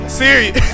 serious